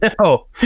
No